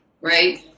right